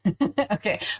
Okay